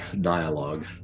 dialogue